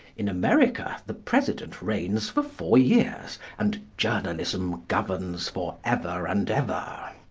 in america the president reigns for four years, and journalism governs for ever and ever.